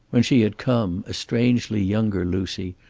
when she had come, a strangely younger lucy,